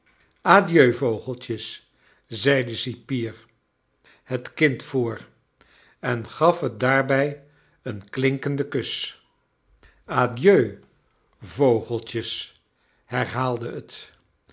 adieu vogeltjes i zei de cipier het kind voor en gaf het daarbij een klinkenden kus adieu vogeltjes herhaalde het